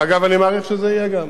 ואגב, אני מעריך שזה יהיה גם.